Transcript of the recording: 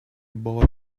boys